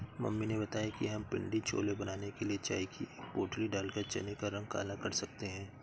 mummy ने बताया कि हम पिण्डी छोले बनाने के लिए चाय की एक पोटली डालकर चने का रंग काला कर सकते हैं